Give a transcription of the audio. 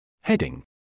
Heading